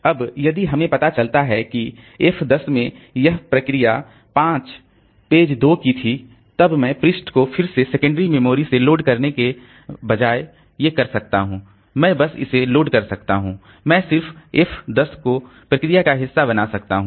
अब यदि हमें पता चलता है कि f10 में यह प्रोसेस 5 पेज 2 की थी तब मैं पृष्ठ को फिर से सेकेंडरी मेमोरी से लोड करने के बजाय कर सकता हूं मैं बस इसे लोड कर सकता हूं मैं सिर्फ एफ 10 को प्रोसेस का हिस्सा बना सकता हूं